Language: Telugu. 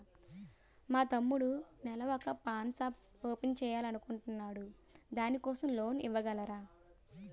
మా తమ్ముడు నెల వొక పాన్ షాప్ ఓపెన్ చేయాలి అనుకుంటునాడు దాని కోసం లోన్ ఇవగలరా?